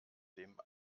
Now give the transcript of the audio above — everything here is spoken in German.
dem